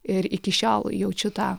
ir iki šiol jaučiu tą